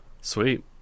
Sweet